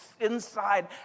inside